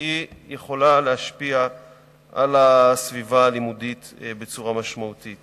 היא יכולה להשפיע על הסביבה הלימודית בצורה משמעותית.